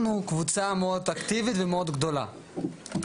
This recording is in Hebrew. אנחנו קבוצה מאוד אקטיבית ומאוד גדולה.